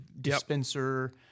dispenser